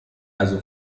also